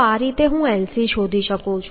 તો આ રીતે હું Lc શોધી શકું